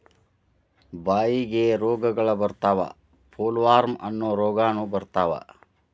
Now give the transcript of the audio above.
ಬಾಯಿಗೆ ರೋಗಗಳ ಬರತಾವ ಪೋಲವಾರ್ಮ ಅನ್ನು ರೋಗಾನು ಬರತಾವ